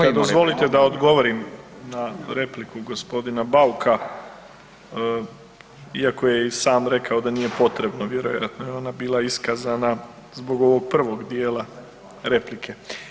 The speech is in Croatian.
Dakle dozvolite da odgovorim na repliku gospodina Bauka iako je i sam rekao da nije potrebno vjerojatno je ona bila iskazana zbog ovog prvog dijela replike.